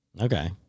okay